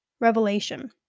revelation